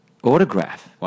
Autograph